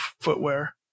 footwear